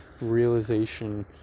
realization